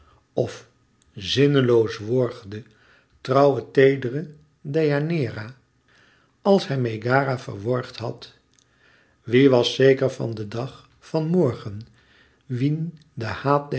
of zinneloos worgde trouwe teedere deianeira als hij megara verworgd had wie was zeker van den dag van morgen wien de